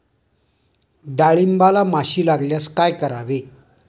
डाळींबाला माशी लागल्यास काय करावे?